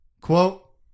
quote